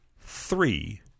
three